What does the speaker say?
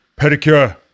Pedicure